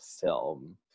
film